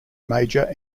major